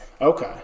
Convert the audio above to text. Okay